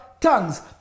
tongues